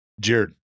Jared